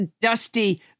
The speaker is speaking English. dusty